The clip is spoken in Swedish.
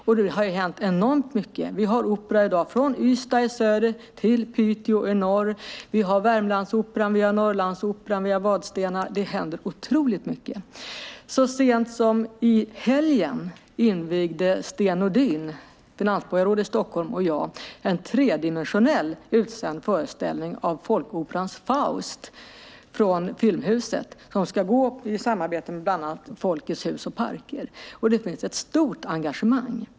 Det har hänt enormt mycket. Vi har i dag opera från Ystad i söder till Piteå i norr. Vi har Värmlandsoperan, Norrlandsoperan och Vadstena-Akademien. Det händer otroligt mycket. Så sent som i helgen invigde Sten Nordin, finansborgarrådet i Stockholm, och jag en tredimensionell utsänd föreställning av Folkoperans Faust från Filmhuset som ska gå i samarbete med bland annat Folkets Hus och Parker. Det finns ett stort engagemang.